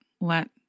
Let